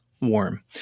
warm